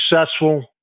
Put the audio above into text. successful